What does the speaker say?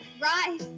Right